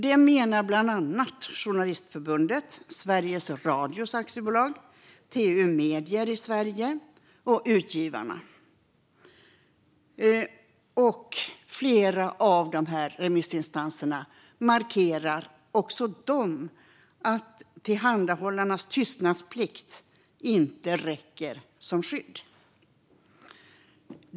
Detta menar bland andra Journalistförbundet, Sveriges Radio Aktiebolag, TU - Medier i Sverige och Utgivarna. Flera av dessa remissinstanser markerar också att tillhandahållarnas tystnadsplikt inte räcker som skydd.